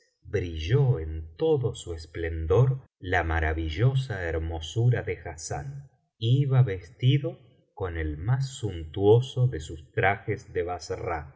brilló en todo su esplendor la maravillosa hermosura de hassán iba vestido con el más suntuoso de sus trajes de bassra